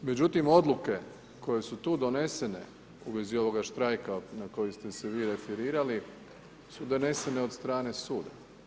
Međutim, odluke koje su tu donesene u vezi ovoga štrajka na koji ste se vi referirali su donesene od strane suda.